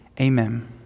Amen